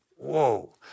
Whoa